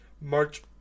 March